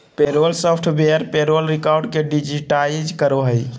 payroll software payroll record के digitise करो हइ